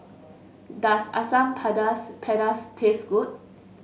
does Asam Pedas pedas taste good